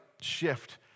shift